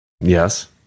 yes